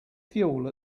fuel